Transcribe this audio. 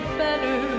better